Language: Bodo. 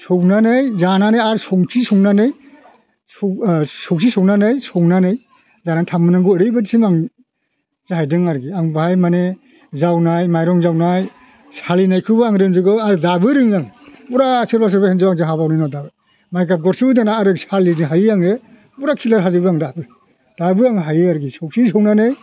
सौनानै जानानै आर संखि संनानै सौ सौसे सौनानै संनानै जानानै थांबाव नांगौ ओरैबायदिसिम आं जाहैदों आरोखि आं बाहाय माने जावनाय माइरं जावनाय सालिनायखौबो आं रोंजोबगौ आर दाबो रोङो आं फुरा सोरबा सोरबा हिन्जावा आंजों हाबावनाय नङा दाबो माइगाब गरसेबो दोना आरो सालिनो हायो आङो फुरा क्लियार हाजोबो आं दाबो दाबो आं हायो आरोखि सौखि सौनानै